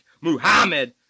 Muhammad